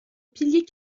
piliers